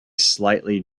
slightly